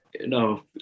No